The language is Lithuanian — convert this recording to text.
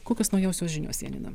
kokios naujausios žinios janina